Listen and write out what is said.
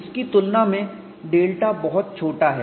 इसकी तुलना में डेल्टा बहुत छोटा है